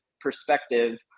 perspective